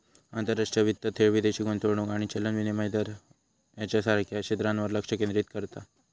आंतरराष्ट्रीय वित्त थेट विदेशी गुंतवणूक आणि चलन विनिमय दर ह्येच्यासारख्या क्षेत्रांवर लक्ष केंद्रित करता